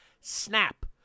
snap